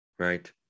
Right